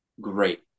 great